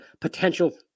potential